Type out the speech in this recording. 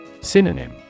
Synonym